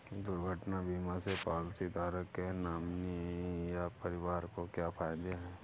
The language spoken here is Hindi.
दुर्घटना बीमा से पॉलिसीधारक के नॉमिनी या परिवार को क्या फायदे हैं?